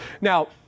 Now